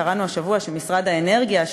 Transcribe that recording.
קראנו השבוע שמשרד האנרגיה,